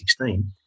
2016